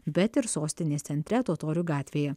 bet ir sostinės centre totorių gatvėje